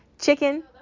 chicken